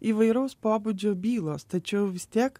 įvairaus pobūdžio bylos tačiau vis tiek